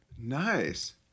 Nice